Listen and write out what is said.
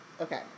Okay